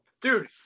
Dude